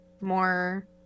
more